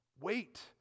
Wait